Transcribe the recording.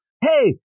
hey